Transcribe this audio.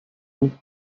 vous